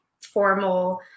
formal